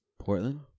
Portland